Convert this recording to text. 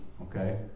okay